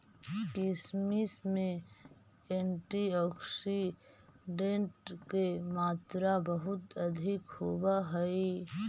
किशमिश में एंटीऑक्सीडेंट के मात्रा बहुत अधिक होवऽ हइ